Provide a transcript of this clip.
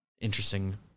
Interesting